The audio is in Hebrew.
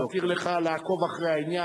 אני מתיר לך לעקוב אחרי העניין.